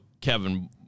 Kevin